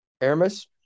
Aramis